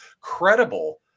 credible